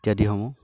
ইত্যাদিসমূহ